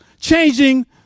changing